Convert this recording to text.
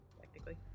Technically